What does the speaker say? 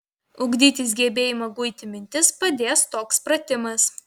ugdytis gebėjimą guiti mintis padės toks pratimas